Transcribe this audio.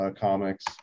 comics